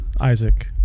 Isaac